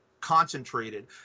concentrated